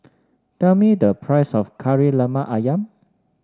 tell me the price of Kari Lemak ayam